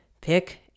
pick